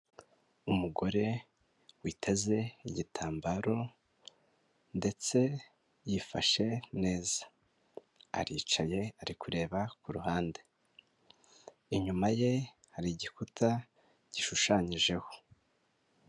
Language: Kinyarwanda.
Umugore witeze igitambaro ndetse yifashe neza aricaye, ari kureba kuruhande, inyuma ye hari igikuta gishushanyijeho.